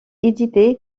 édité